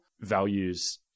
values